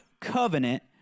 covenant